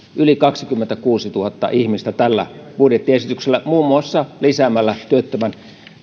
yli kaksikymmentäkuusituhatta ihmistä tällä budjettiesityksellä muun muassa lisäämällä työttömän